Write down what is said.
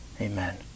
Amen